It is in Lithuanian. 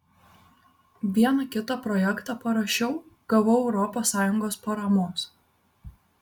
vieną kitą projektą parašiau gavau europos sąjungos paramos